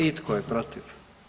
I tko je protiv?